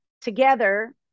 together